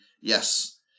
yes